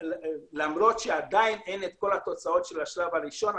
למרות שעדיין אין את כל התוצאות של השלב הראשון,